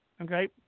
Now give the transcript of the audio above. okay